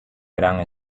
grand